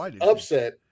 upset